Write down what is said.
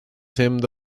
him